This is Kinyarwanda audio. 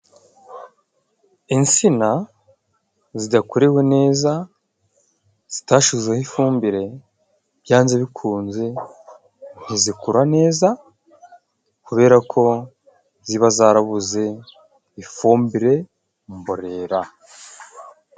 Insina zidakorewe neza, zitashizeho ifumbire byanze bikunze ntizikura neza, kubera ko ziba zarabuze ifumbire mborera.